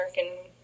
American